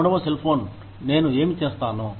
మూడవ సెల్ఫోన్తో నేను ఏమి చేస్తాను